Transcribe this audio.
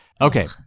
Okay